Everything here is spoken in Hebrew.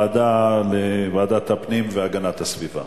בוועדת הפנים והגנת הסביבה